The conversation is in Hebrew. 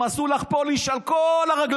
הם עשו לך פוליש על כל הרגליים,